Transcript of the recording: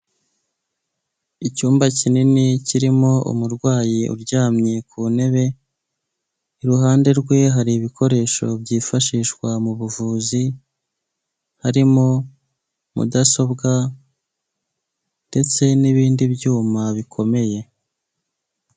Icyumba kinini kirimo umurwayi uryamye ku ntebe, iruhande rwe hari ibikoresho byifashishwa mu buvuzi harimo: mudasobwa ndetse n'ibindi byuma bikomeye.